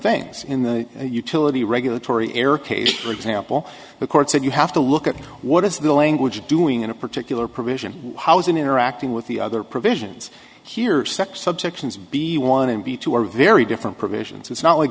things in the utility regulatory err case for example the court said you have to look at what is the language doing in a particular provision housing interacting with the other provisions here sec subsections b one and b two are very different provisions it's not